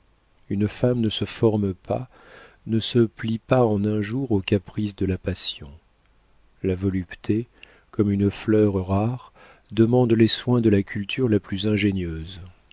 une femme ne se forme pas ne se plie pas en un jour aux caprices de la passion la volupté comme une fleur rare demande les soins de la culture la plus ingénieuse